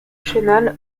chenal